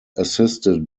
assisted